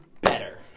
better